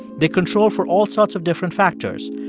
they controlled for all sorts of different factors.